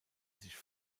sich